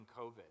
COVID